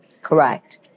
Correct